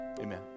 Amen